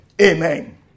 Amen